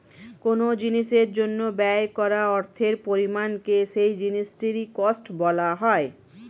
কোন জিনিসের জন্য ব্যয় করা অর্থের পরিমাণকে সেই জিনিসটির কস্ট বলা হয়